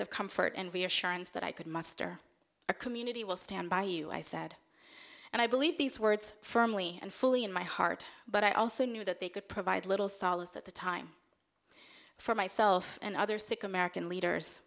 of comfort and reassurance that i could muster a community will stand by you i said and i believe these words firmly and fully in my heart but i also knew that they could provide little solace at the time for myself and other sick american leaders